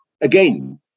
Again